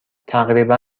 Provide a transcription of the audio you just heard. تقریبا